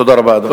תודה רבה, אדוני.